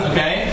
Okay